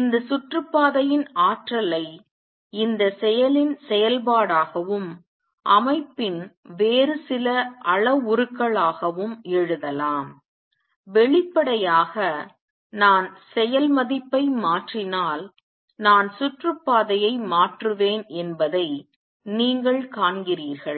இந்த சுற்றுப்பாதையின் ஆற்றலை இந்த செயலின் செயல்பாடாகவும் அமைப்பின் வேறு சில அளவுருக்களாகவும் எழுதலாம் வெளிப்படையாக நான் செயல் மதிப்பை மாற்றினால் நான் சுற்றுப்பாதையை மாற்றுவேன் என்பதை நீங்கள் காண்கிறீர்கள்